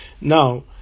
Now